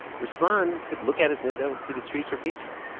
ruslan could look out his window and see the streets where peaceful.